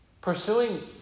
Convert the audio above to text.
pursuing